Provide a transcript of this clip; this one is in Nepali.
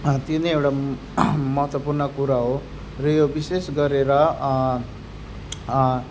त्यो नै एउटा महत्त्वपूर्ण कुरा हो र यो विशेष गरेर